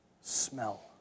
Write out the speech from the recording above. smell